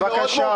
אין בעיה.